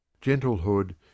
Gentlehood